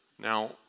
Now